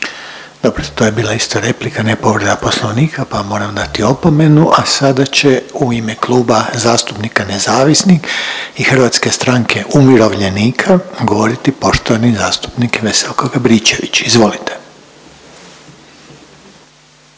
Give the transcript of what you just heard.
Dobro, to je bila isto replika, ne povreda Poslovnika pa moram dati opomenu. A sada će u ime Kluba zastupnika nezavisni i Hrvatske stranke umirovljenika govoriti poštovani zastupnik Veselko Gabričević. Izvolite.